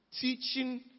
teaching